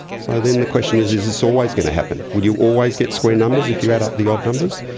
so then the question is, is this always going to happen, will you always get square numbers if you add up the odd numbers?